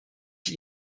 ich